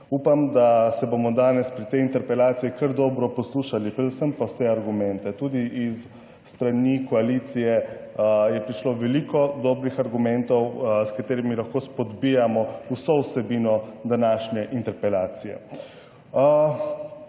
Upam, da se bomo danes pri tej interpelaciji kar dobro poslušali, predvsem pa vse argumente. Tudi iz strani koalicije je prišlo veliko dobrih argumentov, s katerimi lahko spodbijamo vso vsebino današnje interpelacije.